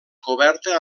coberta